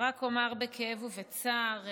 רק אומר בכאב ובצער,